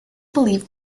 believed